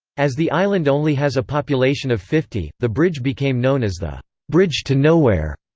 as the island only has a population of fifty, the bridge became known as the bridge to nowhere.